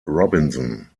robinson